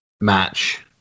match